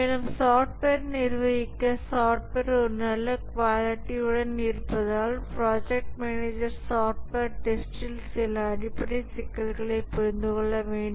மேலும் சாஃப்ட்வேரை நிர்வகிக்க சாஃப்ட்வேர் ஒரு நல்ல குவாலிட்டி உடன் இருப்பதால் பிராஜக்ட் மேனேஜர் சாஃப்ட்வேர் டெஸ்ட்ல் சில அடிப்படை சிக்கல்களைப் புரிந்து கொள்ள வேண்டும்